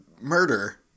murder